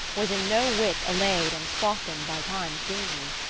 was in no whit allayed and softened by time seemingly.